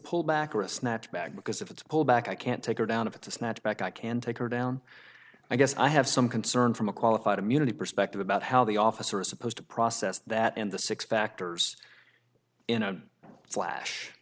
pullback or a snap back because if it's a pull back i can't take her down if it's a snap back i can take her down i guess i have some concern from a qualified immunity perspective about how the officer is supposed to process that and the six factors in a flash